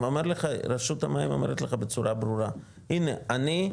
רשות המים אומרת לך בצורה ברורה, הנה אני,